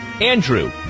Andrew